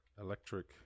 Electric